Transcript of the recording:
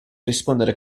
rispondere